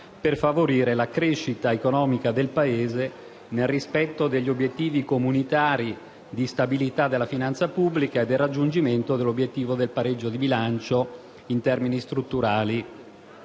per favorire la crescita economica del Paese nel rispetto degli obiettivi comunitari di stabilità della finanza pubblica e del raggiungimento dell'obiettivo del pareggio di bilancio in termini strutturali.